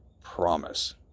promise